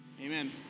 Amen